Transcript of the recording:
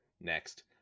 next